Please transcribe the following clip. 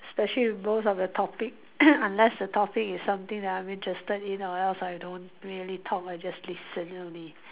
especially most of the topic unless the topic is something that I'm interested in or else I don't really talk I just listen only